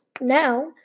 now